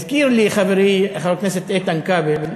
הזכיר לי חברי חבר הכנסת איתן כבל,